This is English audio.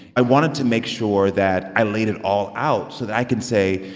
i wanted to make sure that i laid it all out so that i can say,